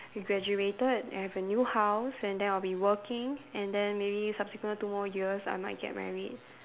we graduated and have a new house and then I'll be working and then maybe subsequent two more years I might get married